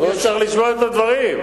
אבל הוא צריך לשמוע את הדברים.